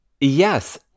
Yes